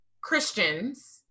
Christians